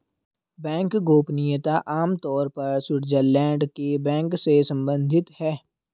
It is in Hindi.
बैंक गोपनीयता आम तौर पर स्विटज़रलैंड के बैंक से सम्बंधित है